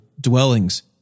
dwellings